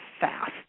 fast